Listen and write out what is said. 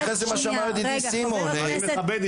אני מכבד.